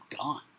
gone